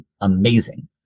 amazing